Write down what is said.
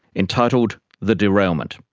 entitled the derailment,